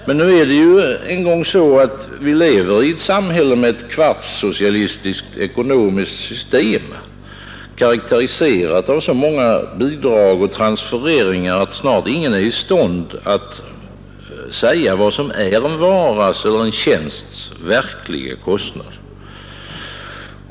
Det är nu en gång så att vi lever i ett samhälle med ett kvartssocialistiskt ekonomiskt system, karakteriserat av så många bidrag och transfereringar att snart ingen är i stånd att säga vad som är en varas och en tjänsts verkliga kostnad.